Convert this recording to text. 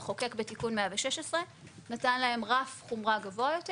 המחוקק, בתיקון 116, נתן להם רף חומרה גבוה יותר.